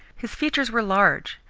his features were large,